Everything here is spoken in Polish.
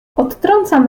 odtrącam